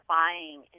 buying